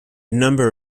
number